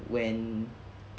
when